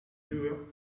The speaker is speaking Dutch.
nieuwe